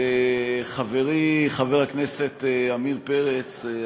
חברי חבר הכנסת עמיר פרץ,